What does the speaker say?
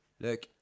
Look